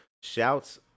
Shouts